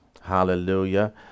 Hallelujah